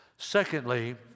Secondly